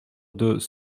deux